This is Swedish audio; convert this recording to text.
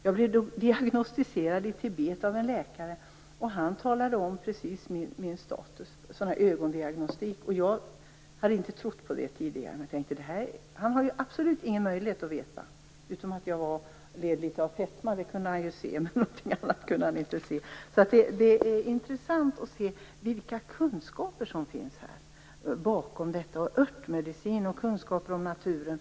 Jag blev diagnostiserad av en läkare i Tibet, och han talade precis om min status. Det var sådan där ögondiagnostik. Jag hade inte trott på det tidigare. Han hade ju absolut ingen möjlighet att veta - utom att jag led litet av fetma, det kunde han ju se. Men något annat kunde han inte se. Det är intressant att se vilka kunskaper som finns bakom detta. Det kan gälla örtmedicin och kunskaper om naturen.